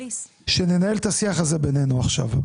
שננהל את השיח הזה בינינו עכשיו.